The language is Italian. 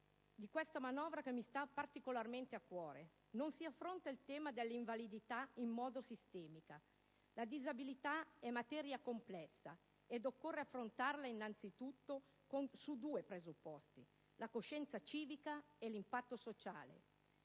di questa manovra che mi sta particolarmente a cuore evidenziare: non si affronta il tema delle invalidità in forma sistemica. La disabilità è materia complessa ed occorre affrontarla innanzi tutto su due presupposti, cioè la coscienza civica e l'impatto sociale.